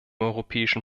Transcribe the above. europäischen